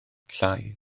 llai